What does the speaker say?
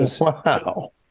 Wow